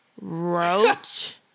Roach